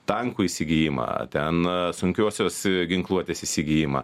tankų įsigijimą ten sunkiosios ginkluotės įsigijimą